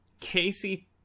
Casey